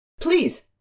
Please